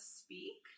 speak